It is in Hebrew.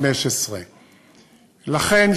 2015. לכן,